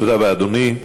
תודה רבה, אדוני.